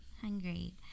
Hungry